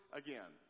again